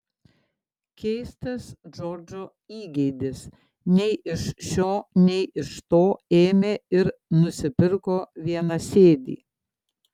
keistas džordžo įgeidis nei iš šio nei iš to ėmė ir nusipirko vienasėdį